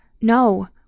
No